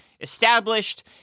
established